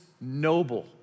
noble